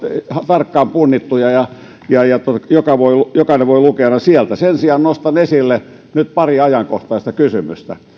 tarkkaan punnittuja ja ja jokainen voi lukea ne sieltä sen sijaan nostan nyt esille pari ajankohtaista kysymystä